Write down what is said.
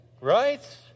Right